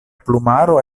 plumaro